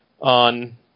on